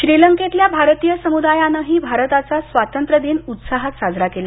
श्रीलंकेतल्या भारतीय समुदायानंही भारताचा स्वातंत्र्यदिन उत्साहात साजरा केला